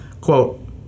Quote